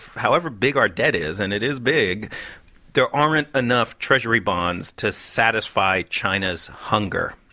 however big our debt is and it is big there aren't enough treasury bonds to satisfy china's hunger.